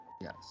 Yes